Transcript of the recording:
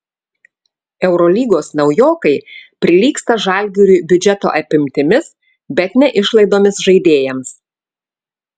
eurolygos naujokai prilygsta žalgiriui biudžeto apimtimis bet ne išlaidomis žaidėjams